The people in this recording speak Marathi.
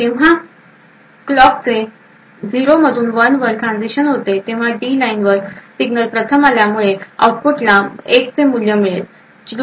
जेंव्हा क्लॉकचे 0 मधून 1 वर ट्रान्झिशन होते तेव्हा डी लाईनवर सिग्नल प्रथम आल्यामुळे आउटपुटला 1 चे मूल्य मिळेल